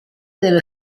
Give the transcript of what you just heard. dello